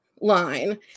line